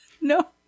No